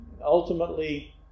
ultimately